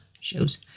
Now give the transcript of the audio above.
shows